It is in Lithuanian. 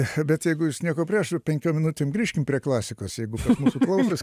che bet jeigu jūs nieko prieš penkiom minutėm grįžkim prie klasikos jeigu mūsų klausosi